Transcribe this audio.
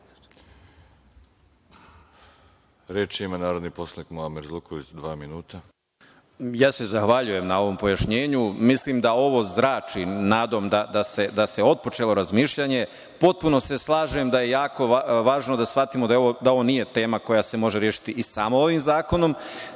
Reč ima narodni poslanik Muamer Zukorlić, dva minuta. **Muamer Zukorlić** Zahvaljujem se na ovom pojašnjenju. Mislim da ovo zrači nadom da se otpočelo razmišljanje, potpuno se slažem da je jako važno da shvatimo da ovo nije tema koja se može rešiti i samo ovim zakonom. Založio